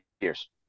years